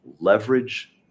leverage